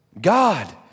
God